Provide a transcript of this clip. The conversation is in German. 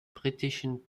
britischen